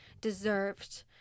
deserved